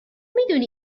میدونی